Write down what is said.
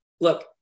Look